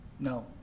No